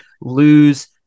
lose